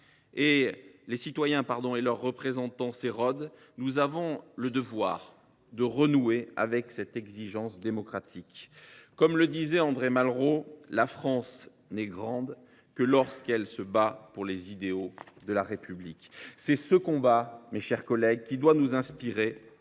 entre les citoyens et leurs représentants s’érode, nous avons le devoir de renouer avec cette exigence démocratique. Comme le disait André Malraux, la France n’est grande que lorsqu’elle se bat pour les idéaux de la République. C’est ce combat qui doit inspirer